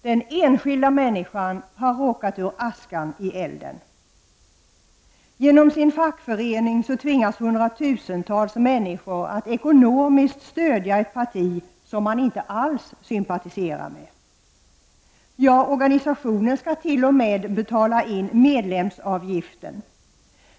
Den enskilda människan har råkat ur askan i elden. Genom sin fackförening tvingas hundratusentals människor ekonomiskt stödja ett parti som man inte alls sympatiserar med. Ja, organisationen skall t.o.m. betala in medlemsavgiften.